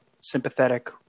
sympathetic